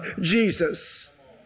Jesus